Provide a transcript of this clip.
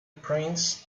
prince